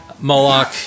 Moloch